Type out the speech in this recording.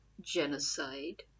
genocide